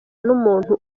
n’umuntu